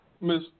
Miss